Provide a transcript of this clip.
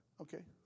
Okay